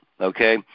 Okay